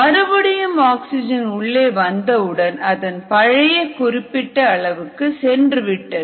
மறுபடியும் ஆக்சிஜன் உள்ளே வந்தவுடன் அதன் பழைய குறிப்பிட்ட அளவுக்கு சென்றுவிட்டது